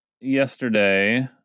yesterday